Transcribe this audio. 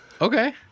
Okay